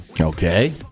Okay